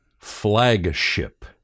Flagship